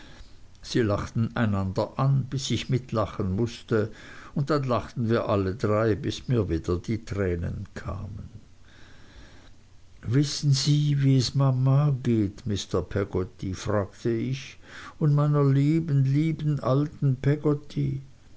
sie lachten einander an bis ich mitlachen mußte und dann lachten wir alle drei bis mir wieder die tränen kamen wissen sie wie es mama geht mr peggotty fragte ich und meiner lieben lieben alten peggotty